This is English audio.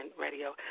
Radio